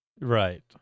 Right